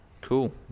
Cool